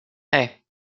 hey